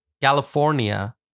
California